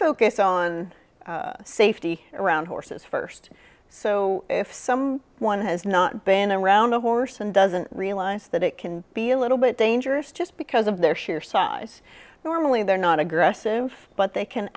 focus on safety around horses first so if some one has not been around a horse and doesn't realize that it can be a little bit dangerous just because of their sheer size normally they're not aggressive but they can